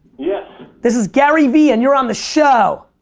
yes. this is garyvee and you're on the show.